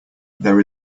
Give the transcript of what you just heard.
there